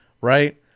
right